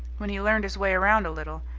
when he learned his way round a little,